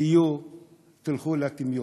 תלכו לטמיון.